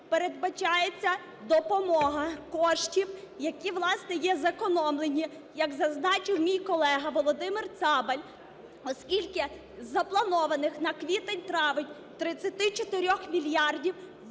передбачається допомога коштів, які, власне, є зекономлені, як зазначив мій колега Володимир Цабаль, оскільки з запланованих на квітень-травень 34 мільярдів використано